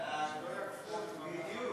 סעיפים 1 13 נתקבלו.